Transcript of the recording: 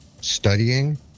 studying